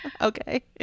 Okay